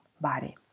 body